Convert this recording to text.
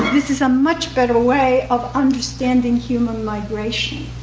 this is a much better way of understanding human migration,